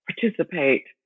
participate